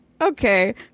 okay